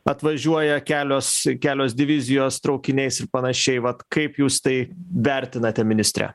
atvažiuoja kelios kelios divizijos traukiniais ir panašiai vat kaip jūs tai vertinate ministre